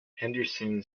henderson